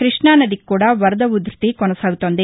కృష్ణానదికి కూడా వరద ఉధృతి కొనసాగుతోంది